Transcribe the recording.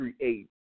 create